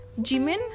Jimin